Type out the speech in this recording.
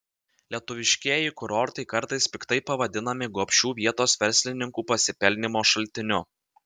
lietuviškieji kurortai kartais piktai pavadinami gobšių vietos verslininkų pasipelnymo šaltiniu